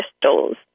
crystals